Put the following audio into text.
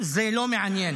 זה לא מעניין.